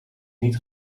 niet